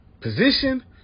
position